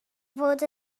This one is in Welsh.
fod